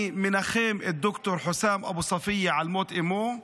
אני מנחם את ד"ר חוסאם אבו ספיה על מות אימו,